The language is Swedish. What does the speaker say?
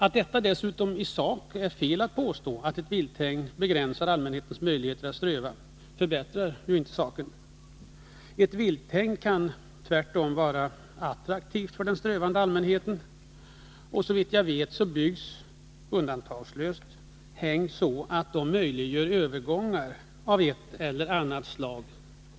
Att det dessutom i sak är fel att påstå att ett vilthägn begränsar allmänhetens möjligheter att ströva förbättrar inte saken. Ett vilthägn kan tvärtom vara attraktivt för den strövande allmänheten, och ett hägn byggs såvitt jag vet undantagslöst så, att stängslen förses med övergångar av ett eller annat slag.